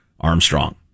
armstrong